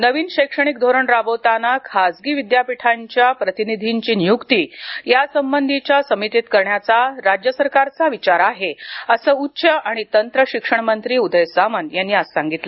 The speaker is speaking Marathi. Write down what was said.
नवीन शैक्षणिक धोरण राबवताना खासगी विद्य़ापीठांच्या प्रतिनिधींची निय्क्ती या संबंधीच्या समितीत करण्याचा राज्य सरकारचा विचार आहे असं उच्च आणि तंत्र शिक्षण मंत्री उदय सामंत यांनी आज सांगितलं